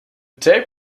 tape